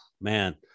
man